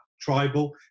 tribal